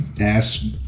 ass